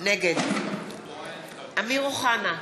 נגד אמיר אוחנה,